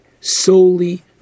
solely